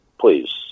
Please